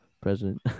President